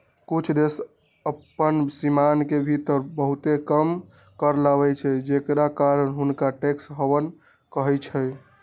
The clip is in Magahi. कुछ देश अप्पन सीमान के भीतर बहुते कम कर लगाबै छइ जेकरा कारण हुंनका टैक्स हैवन कहइ छै